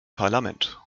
parlament